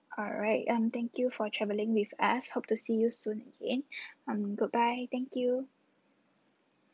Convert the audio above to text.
alright um thank you for traveling with us hope to see you soon again um goodbye thank you